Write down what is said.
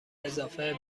اضافه